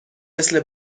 مثل